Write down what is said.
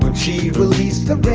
but she released the.